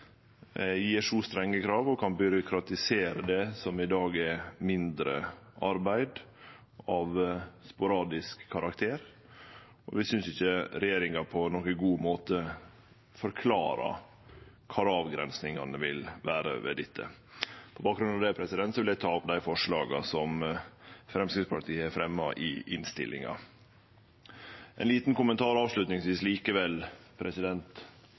strenge krav og kan byråkratisere det som i dag er mindre arbeid av sporadisk karakter, og vi synest ikkje regjeringa på nokon god måte forklarar kvar avgrensingane vil vere her. På bakgrunn av dette vil eg ta opp dei forslaga som Framstegspartiet fremjar i innstillinga. Ein liten kommentar avslutningsvis likevel: